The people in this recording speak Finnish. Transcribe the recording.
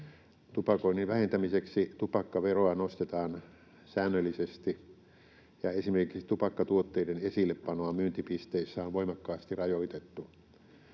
Tupakoinnin vähentämiseksi tupakkaveroa nostetaan säännöllisesti ja esimerkiksi tupakkatuotteiden esillepanoa myyntipisteissä on voimakkaasti rajoitettu.